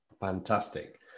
Fantastic